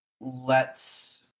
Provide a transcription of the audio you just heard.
lets